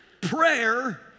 Prayer